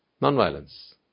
Non-violence